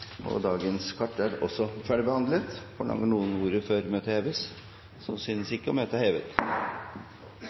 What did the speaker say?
Dagens kart er også ferdigbehandlet. Forlanger noen ordet før møtet heves? – Møtet er hevet.